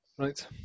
Right